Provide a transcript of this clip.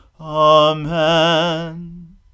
Amen